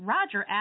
Roger